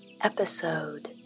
Episode